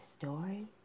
story